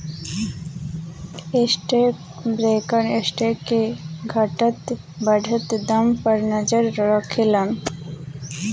stock broker stock के घटत बढ़त दाम पर नजर राखेलन